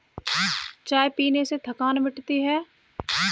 चाय पीने से थकान मिटती है